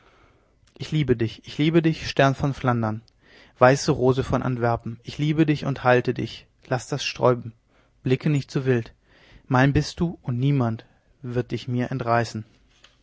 ich liebe dich ich liebe dich stern von flandern weiße rose von antwerpen ich liebe dich und halte dich laß das sträuben blicke nicht so wild mein bist du und niemand wird dich mir entreißen